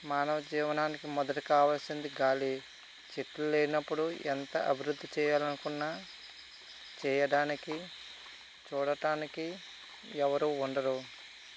మానవ జీవనానికి మొదట కావాలసింది గాలి చెట్లు లేనప్పుడు ఎంత అభివృద్ధి చేయాలనుకున్నా చేయడానికి చూడటానికి ఎవరు ఉండరు